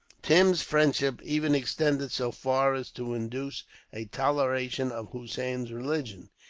tim's friendship even extended so far as to induce a toleration of hossein's religion.